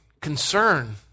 concern